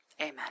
Amen